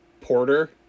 Porter